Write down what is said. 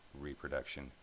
reproduction